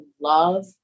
love